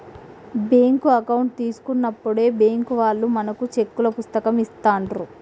bank account తీసుకున్నప్పుడే bank వాళ్ళు మనకు చెక్కుల పుస్తకం ఇస్తాండ్రు